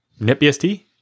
NetBSD